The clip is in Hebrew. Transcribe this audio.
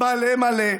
מלא מלא,